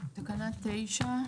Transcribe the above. תקנה 9,